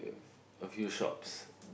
a few shops